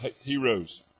Heroes